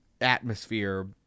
atmosphere